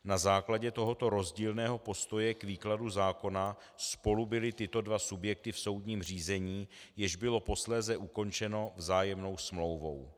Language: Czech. Na základě tohoto rozdílného postoje k výkladu zákona spolu byly tyto dva subjekty v soudním řízení, jež bylo posléze ukončeno vzájemnou smlouvou.